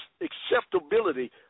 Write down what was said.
acceptability